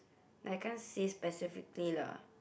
I can't say specifically lah